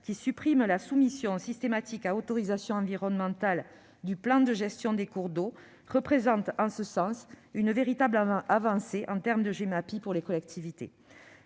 qui supprime la soumission systématique à autorisation environnementale du plan de gestion des cours d'eau, représente en ce sens une véritable avancée en termes de gestion des milieux